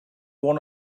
one